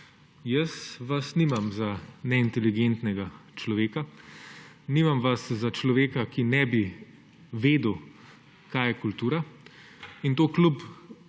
Jaz vas nimam za neinteligentnega človeka, nimam vas za človeka, ki ne bi vedel, kaj je kultura, in to kljub